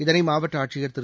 இதனை மாவட்ட ஆட்சியர் திரு